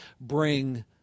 bring